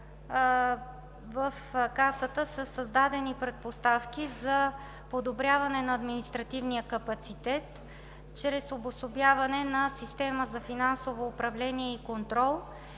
в Касата са създадени предпоставки за подобряване на административния капацитет чрез обособяване на система за финансово управление и контрол